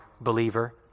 believer